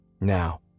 Now